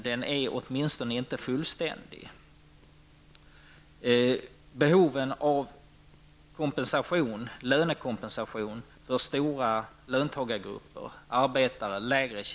Den är åtminstone inte fullständig.